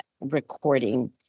recording